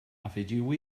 afegiu